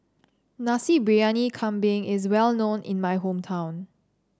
Nasi Briyani Kambing is well known in my hometown